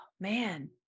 man